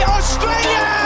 Australia